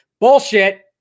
Bullshit